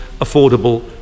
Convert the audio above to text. affordable